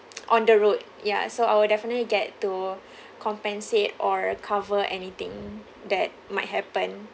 on the road ya so I'll definitely get to compensate or cover anything that might happen